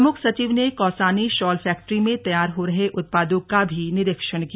प्रमुख सचिव ने कौसानी शॉल फैक्ट्री में तैयार हो रहे उत्पादों का भी निरीक्षण किया